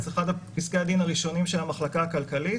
אחד מפסקי הדין הראשונים של המחלקה הכלכלית,